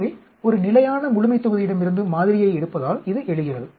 எனவே ஒரு நிலையான முழுமைத்தொகுதியிடமிருந்து மாதிரியை எடுப்பதால் இது எழுகிறது